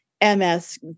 MS